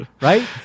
Right